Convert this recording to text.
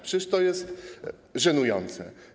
Przecież to jest żenujące.